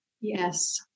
yes